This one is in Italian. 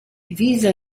diviso